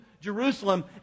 jerusalem